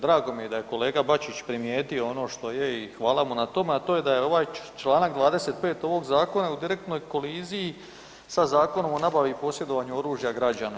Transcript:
Drago mi je da je kolega Bačić primijetio ono što je i hvala mu na tome, a to je da je ovaj čl. 25. ovog zakona u direktnoj koliziji sa Zakonom o nabavi i posjedovanju oružja građana.